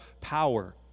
power